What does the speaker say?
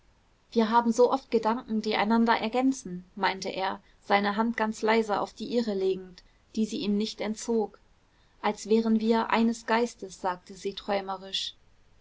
wir haben so oft gedanken die einander ergänzen meinte er seine hand ganz leise auf die ihre legend die sie ihm nicht entzog als wären wir eines geistes sagte sie träumerisch